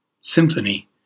symphony